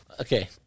Okay